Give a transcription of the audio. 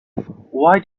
why